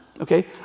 okay